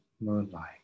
moonlight